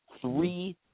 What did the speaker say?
three